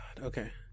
Okay